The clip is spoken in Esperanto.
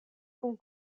kun